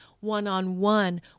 one-on-one